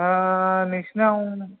नोंसिनाव